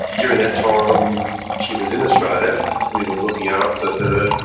during that time um she was in australia we were looking after her,